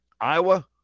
Iowa